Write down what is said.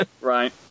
Right